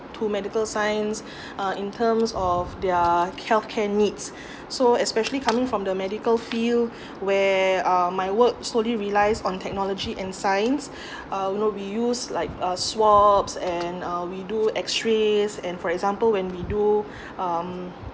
to medical science uh in terms of their healthcare needs so especially coming from the medical field where uh my work solely relies on technology and science uh you know we use like uh swabs and uh we do X rays and for example when we do um